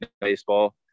baseball